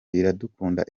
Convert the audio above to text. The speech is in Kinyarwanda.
iradukunda